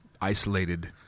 isolated